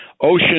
ocean